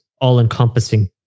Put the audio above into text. all-encompassing